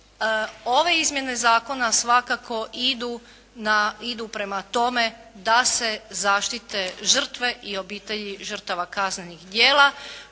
Ove izmjene zakona svakako idu prema tome da se zaštite žrtve i obitelji žrtava kaznenih djela.